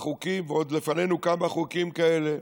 בחוקים, ועוד לפנינו כמה חוקים כאלה,